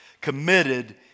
committed